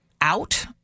out